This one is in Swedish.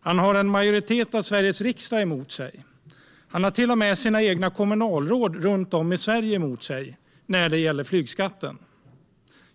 Han har en majoritet i Sveriges riksdag emot sig. Han har till och med sina egna kommunalråd runt om i Sverige emot sig när det gäller flygskatten.